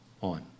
on